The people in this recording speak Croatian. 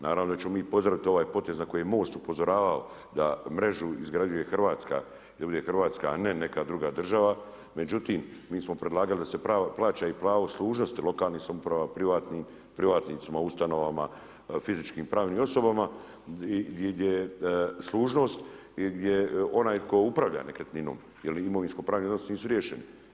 Naravno da ćemo mi pozdraviti ovaj potez na koji je MOST upozoravao da mrežu izgrađuje Hrvatska, da bude Hrvatska, a ne neka druga država, međutim mi smo predlagali da se plaća i pravo služnosti lokalnih samouprava, privatnicima, ustanovama, fizičkim i pravnim osobama gdje je služnost i gdje je onaj tko upravlja nekretninom jer imovinsko-pravni odnosi nisu riješeni.